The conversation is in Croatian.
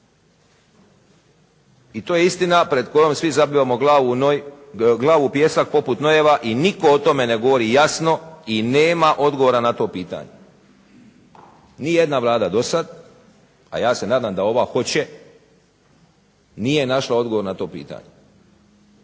I to je istina pred kojom svi zabivamo glavu u pijesak poput nojeva i nitko o tome ne govori jasno i nema odgovora na to pitanje. Nijedna Vlada do sada, a ja se nadam da ova hoće nije našla odgovor na to pitanje.